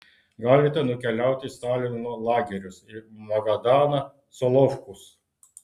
galite nukeliauti į stalino lagerius į magadaną solovkus